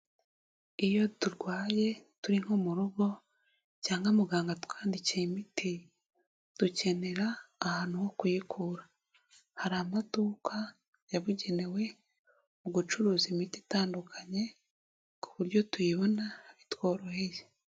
Iyo turwaye turi nko mu rugo cyangwa muganga atwandikiye imiti dukenera ahantu ho kuyikura, hari amaduka yabugenewe mu gucuruza imiti itandukanye ku buryo tuyibona bitworoheye.